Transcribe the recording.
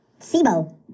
Sibo